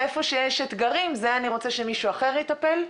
איפה שיש אתגרים אני רוצה שמישהו אחר יטפל,